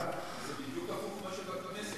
וזה בדיוק הפוך ממה שבכנסת.